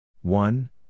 one